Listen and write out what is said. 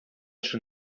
schon